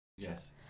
Yes